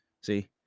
See